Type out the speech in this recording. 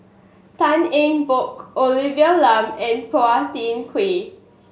Tan Eng Bock Olivia Lum and Phua Thin Kiay